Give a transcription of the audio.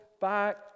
back